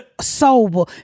sober